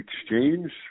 exchange